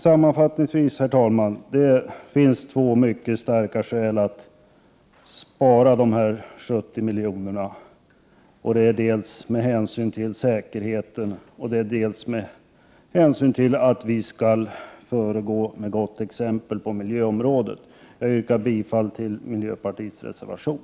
Sammanfattningsvis vill jag säga att det finns två mycket starka skäl att spara dessa 70 miljoner, dels hänsynen till säkerheten, dels att vi skall föregå med gott exempel på miljöområdet. Jag yrkar bifall till miljöpartiets reservation.